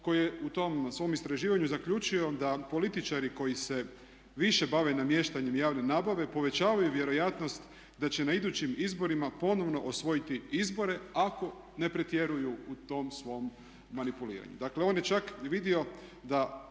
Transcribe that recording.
koji je u tom svom istraživanju zaključio da političari koje više bave namještanjem javne nabave povećavaju vjerojatnost da će na idućim izborima ponovno osvojiti izbore ako ne pretjeruju u tom svom manipuliranju. Dakle on je čak vidio da